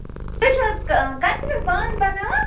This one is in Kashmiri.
تُہۍ چھِو حظ کَترِ بانہٕ بَناوان